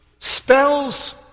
spells